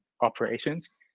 operations